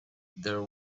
there